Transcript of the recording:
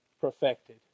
perfected